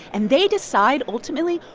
and they decide, ultimately,